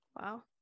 wow